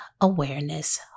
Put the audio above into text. awareness